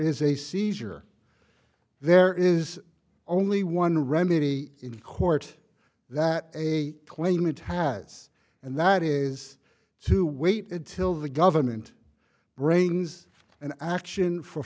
is a seizure there is only one remedy in court that a claim it has and that is to wait until the government brings an action for